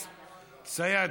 סידה.